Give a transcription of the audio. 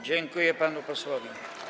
Dziękuję panu posłowi.